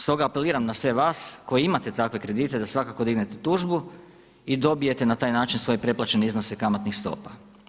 Stoga apeliram na sve vas koji imate takve kredite da svakako dignete tužbu i dobijete na taj način svoje preplaćene iznose kamatnih stopa.